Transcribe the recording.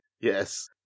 Yes